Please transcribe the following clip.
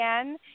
again